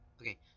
Okay